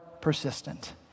persistent